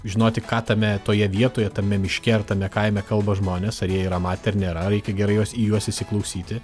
žinoti ką tame toje vietoje tame miške ar tame kaime kalba žmonės ar jie yra matę ar nėra reikia gerai juos į juos įsiklausyti